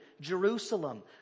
Jerusalem